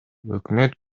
өкмөт